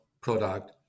product